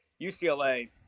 UCLA